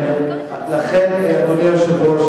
אדוני היושב-ראש,